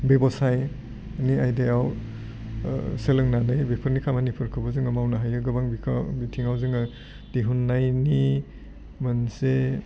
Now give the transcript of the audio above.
बेब'सायनि आयदायाव सोलोंनानै बेफोरनि खामानिफोरखौबो जोङो मावनो गोबां बिखौ बिथिङाव जोङो दिहुन्नायनि मोनसे